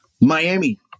Miami